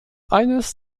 eines